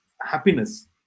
happiness